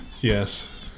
Yes